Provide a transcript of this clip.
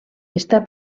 està